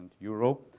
euro